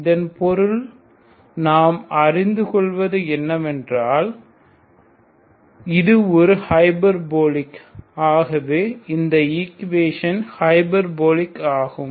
இதன் பொருள் நாம் அறிந்துகொள்வது என்னவென்றால் இது ஹைபர்போலிக் ஆகவே இந்த ஈக்குவேஷன் ஹைபர்போலிக் ஆகும்